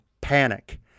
panic